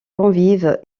convives